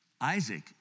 Isaac